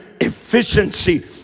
efficiency